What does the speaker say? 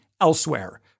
elsewhere